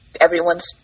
everyone's